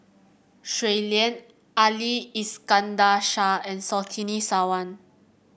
Shui Lan Ali Iskandar Shah and Surtini Sarwan